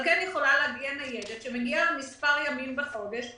יכולה להגיע ניידת למספר ימים בחודש,